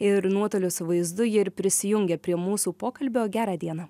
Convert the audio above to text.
ir nuotoliu su vaizdu ji ir prisijungė prie mūsų pokalbio gerą dieną